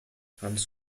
hans